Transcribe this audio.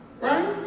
right